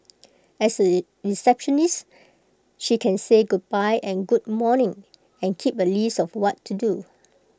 as A receptionist she can say goodbye and good morning and keep A list of what to do